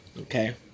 okay